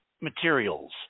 materials